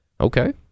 Okay